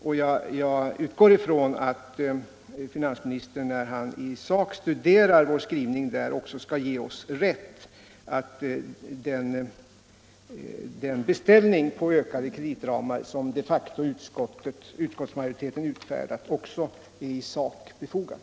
Jag utgår från att finansministern, när han i sak studerar vår skrivning, också skall ge oss rätt i att den beställning på vidgade kreditramar som utskottsmajoriteten de facto utfärdat är befogad.